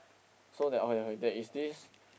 so that one okay okay there is this